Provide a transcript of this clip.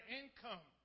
income